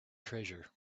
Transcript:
treasure